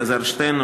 אלעזר שטרן,